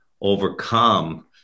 overcome